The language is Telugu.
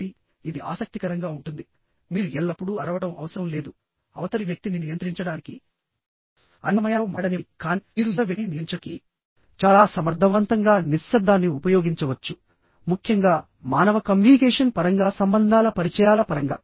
కాబట్టి ఇది ఆసక్తికరంగా ఉంటుంది మీరు ఎల్లప్పుడూ అరవడం అవసరం లేదు అవతలి వ్యక్తిని నియంత్రించడానికి అన్ని సమయాలలో మాట్లాడనివ్వండికానీ మీరు ఇతర వ్యక్తిని నియంత్రించడానికి చాలా సమర్థవంతంగా నిశ్శబ్దాన్ని ఉపయోగించవచ్చు ముఖ్యంగా మానవ కమ్యూనికేషన్ పరంగా సంబంధాల పరిచయాల పరంగా